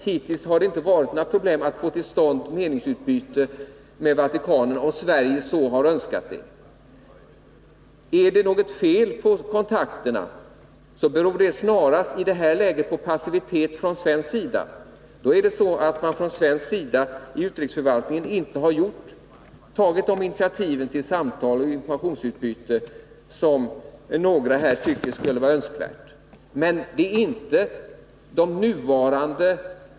Hittills har det gått att få till stånd meningsutbyten med Vatikanen, om Sverige så önskat. Är det något fel på kontakterna beror det snarare på passivitet från svensk sida. I så fall har svensk utrikesförvaltning inte tagit de initiativ till samtal och informationsutbyte som några här tycker skulle vara önskvärda.